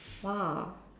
!wah!